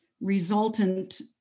resultant